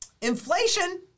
inflation